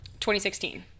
2016